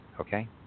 okay